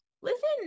Listen